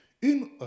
une